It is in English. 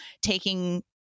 taking